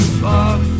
fuck